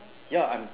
ya I'm